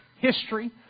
history